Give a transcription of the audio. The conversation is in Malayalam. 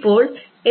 ഇപ്പോൾ